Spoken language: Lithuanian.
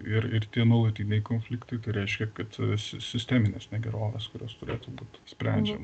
ir ir tie nuolatiniai konfliktai tai reiškia kad sis sisteminės negeroves kurios turėtų būt sprendžiama